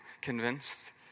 convinced